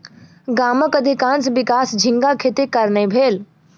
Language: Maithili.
गामक अधिकाँश विकास झींगा खेतीक कारणेँ भेल